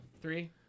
Three